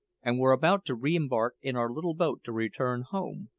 and were about to re-embark in our little boat to return home,